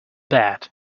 bad